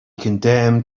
condemned